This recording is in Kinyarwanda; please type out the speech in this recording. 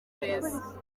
kwezi